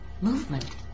Movement